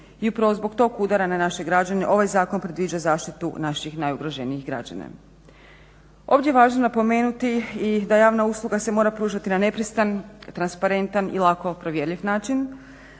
I upravo zbog tog udara na naše građane ovaj zakon predviđa zaštitu naših najugroženijih građana. Ovdje je važno napomenuti i da javna usluga se mora pružati na nepristran, transparentan i lako provjerljiv način.